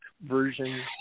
version